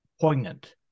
poignant